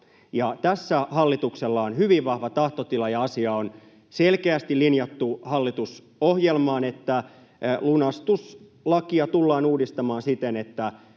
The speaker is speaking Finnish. Tässä hallituksella on hyvin vahva tahtotila, ja asia on selkeästi linjattu hallitusohjelmaan, että lunastuslakia tullaan uudistamaan siten, että